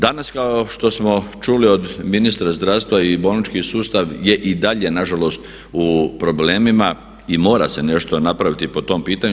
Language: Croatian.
Danas kao što smo čuli od ministra zdravstva i bolnički sustav je i dalje nažalost u problemima i mora se nešto napraviti po tom pitanju.